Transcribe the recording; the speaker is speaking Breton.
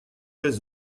eus